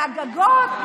והגגות,